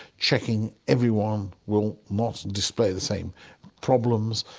checking every one um will not display the same problems.